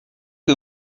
que